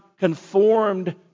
conformed